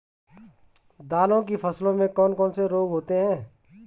दालों की फसल में कौन कौन से रोग होते हैं?